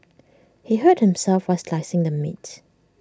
he hurt himself while slicing the meat